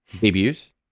debuts